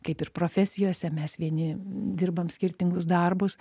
kaip ir profesijose mes vieni dirbam skirtingus darbus